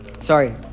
Sorry